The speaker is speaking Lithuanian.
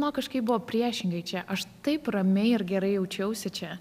man kažkaip buvo priešingai čia aš taip ramiai ir gerai jaučiausi čia